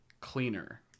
cleaner